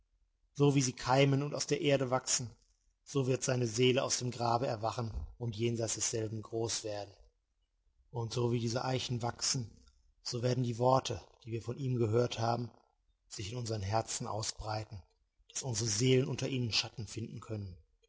so wie sie keimen und aus der erde wachsen so wird seine seele aus dem grabe erwachen und jenseits desselben groß werden und so wie diese eichen wachsen so werden die worte die wir von ihm gehört haben sich in unsern herzen ausbreiten daß unsere seelen unter ihnen schatten finden können